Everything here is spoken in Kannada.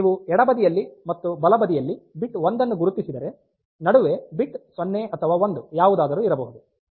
ನೀವು ಎಡಬದಿಯಲ್ಲಿ ಮತ್ತು ಬಲಬದಿಯಲ್ಲಿ ಬಿಟ್ 1 ನ್ನು ಗುರುತಿಸಿದರೆ ನಡುವೆ ಬಿಟ್ 0 ಅಥವಾ 1 ಯಾವುದಾದರೂ ಇರಬಹುದು